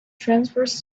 transverse